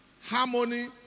Harmony